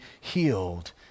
healed